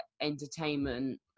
entertainment